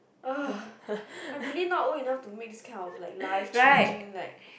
ugh I am really not old enough to make life changing like